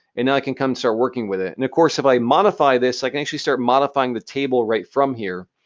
and now i can come and start working with it. and of course, if i modify this, i can actually start modifying the table right from here.